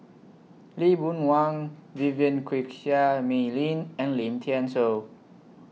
Lee Boon Wang Vivien Quahe Seah Mei Lin and Lim Thean Soo